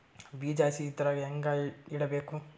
ಬೀಜ ಹಸಿ ಇದ್ರ ಹ್ಯಾಂಗ್ ಇಡಬೇಕು?